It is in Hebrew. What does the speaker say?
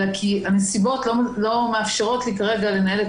אלא כי הנסיבות לא מאפשרות לי כרגע לנהל את